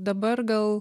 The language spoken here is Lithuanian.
dabar gal